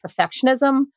perfectionism